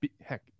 heck